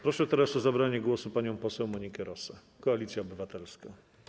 Proszę o zabranie głosu panią poseł Monikę Rosę, Koalicja Obywatelska.